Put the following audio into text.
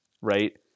right